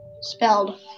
spelled